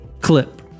clip